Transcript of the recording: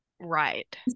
Right